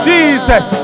Jesus